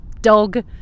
dog